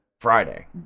Friday